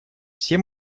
все